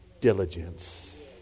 diligence